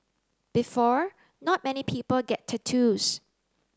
before not many people get tattoos